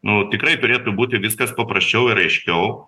nu tikrai turėtų būti viskas paprasčiau ir aiškiau